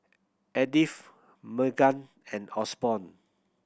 Edith Meghann and Osborne